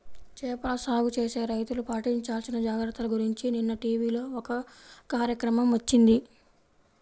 చేపల సాగు చేసే రైతులు పాటించాల్సిన జాగర్తల గురించి నిన్న టీవీలో ఒక కార్యక్రమం వచ్చింది